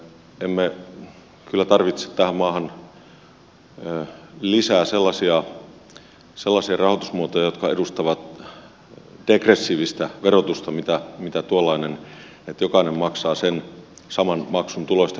emme kyllä tarvitse tähän maahan lisää sellaisia rahoitusmuotoja jotka edustavat degressiivistä verotusta mitä edustaa tuollainen että jokainen maksaa sen saman maksun tuloista riippumatta